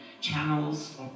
channels